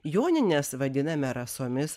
jonines vadiname rasomis